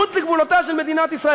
מחוץ לגבולותיה של מדינת ישראל.